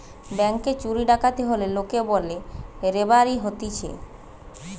ব্যাংকে চুরি ডাকাতি হলে লোকে বলে রোবারি হতিছে